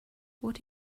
what